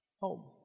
Home